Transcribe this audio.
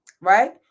right